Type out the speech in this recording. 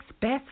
best